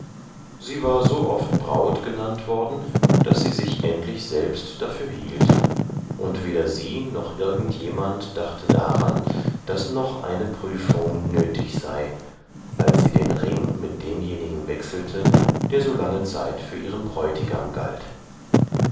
sie war so oft braut genannt worden daß sie sich endlich selbst dafür hielt und weder sie noch irgend jemand dachte daran daß noch eine prüfung nötig sei als sie den ring mit demjenigen wechselte der so lange zeit für ihren bräutigam galt